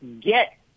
get